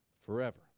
forever